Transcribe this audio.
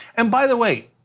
and by the way,